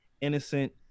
innocent